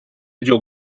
john